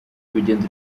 kubigenza